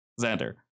Xander